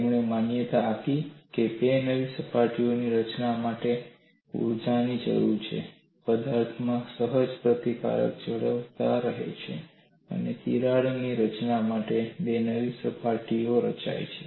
તેમણે માન્યતા આપી કે બે નવી સપાટીઓની રચના માટે ઊર્જાની જરૂર છે પદાર્થમાં સહજ પ્રતિકાર જળવાઈ રહે છે અને તિરાડની રચના માટે બે નવી સપાટીઓ રચાય છે